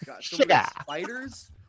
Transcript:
Spiders